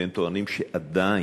הם טוענים שעדיין,